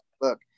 look